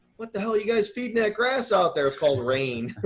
what the hell are you guys feeding that grass out there? it's called rain.